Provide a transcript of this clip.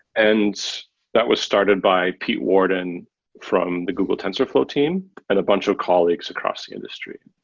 and that was started by pete warden from the google tensorflow team and a bunch of colleagues across the industry.